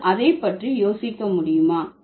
நீங்கள் அதை பற்றி யோசிக்க முடியுமா